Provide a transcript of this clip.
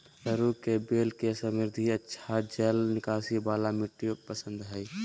सरू के बेल के समृद्ध, अच्छा जल निकासी वाला मिट्टी पसंद हइ